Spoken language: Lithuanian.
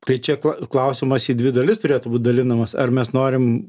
tai čia klausimas į dvi dalis turėtų būt dalinamas ar mes norim